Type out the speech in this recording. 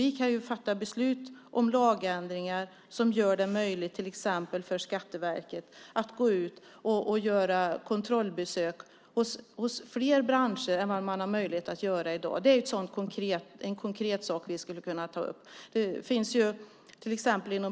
Vi kan fatta beslut om lagändringar som gör det möjligt till exempel för Skatteverket att gå ut och göra kontrollbesök hos fler branscher än vad man har möjlighet att göra i dag. Det är en sådan konkret sak som vi skulle kunna ta upp.